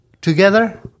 together